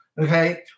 okay